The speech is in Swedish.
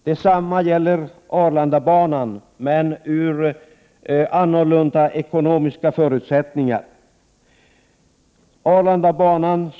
Detsamma gäller Arlandabanan, men där är de ekonomiska förutsättningarna annorlunda.